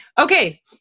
Okay